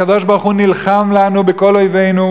הקדוש-ברוך-הוא נלחם לנו בכל אויבינו,